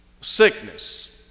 sickness